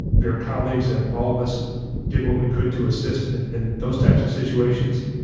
their colleagues and all of us did what we could to assist in in those types of situations.